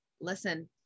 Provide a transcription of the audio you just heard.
Listen